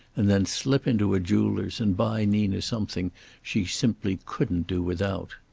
and then slip into a jeweler's and buy nina something she simply couldn't do without.